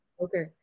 Okay